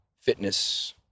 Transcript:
fitness